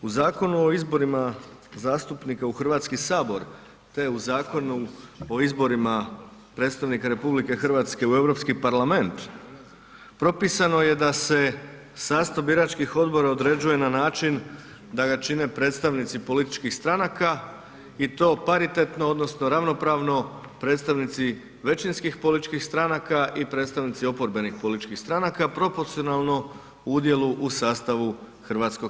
U Zakonu o izborima zastupnika u HS, te u Zakonu o izborima predstavnika RH u Europski parlament, propisano je da se sastav biračkih odbora određuje na način da ga čine predstavnici političkih stranaka i to paritetno odnosno ravnopravno predstavnici većinskih političkih stranaka i predstavnici oporbenih političkih stranaka proporcionalno udjelu u sastavu HS.